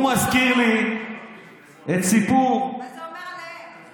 הוא מזכיר לי את סיפור, מה זה אומר עליהם?